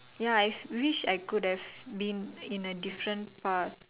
ya I wish I could have been in a different path